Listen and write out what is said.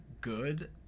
good